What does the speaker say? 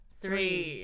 three